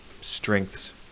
strengths